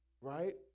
right